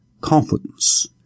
confidence